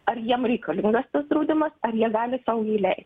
ar jiem reikalingas tas draudimas ar jie gali sau jį leisti